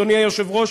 אדוני היושב-ראש,